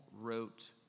wrote